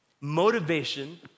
motivation